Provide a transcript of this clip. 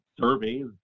surveys